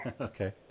Okay